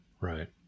right